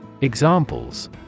Examples